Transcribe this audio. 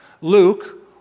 Luke